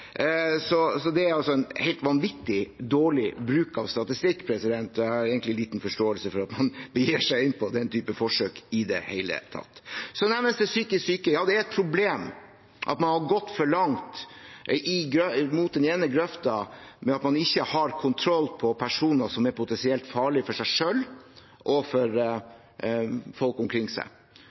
er altså en helt vanvittig dårlig bruk av statistikk. Jeg har egentlig liten forståelse for at man begir seg inn på den typen forsøk i det hele tatt. Det nevnes psykisk syke. Ja, det er et problem at man har gått for langt mot den ene grøften ved at man ikke har kontroll på personer som er potensielt farlige for seg selv og folk omkring seg.